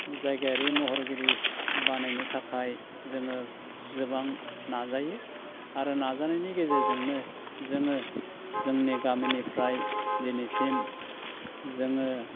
जायगायारि महरगिरि बानायनो थाखाय जोङो गोबां नाजायो आरो नाजानायनि गेजेरजोंनो जोङो जोंनि गामिनिफ्राय दिनैसिम जोङो